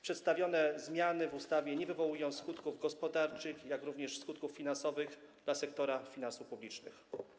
Przedstawione zmiany w ustawie nie wywołują skutków gospodarczych ani skutków finansowych dla sektora finansów publicznych.